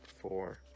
four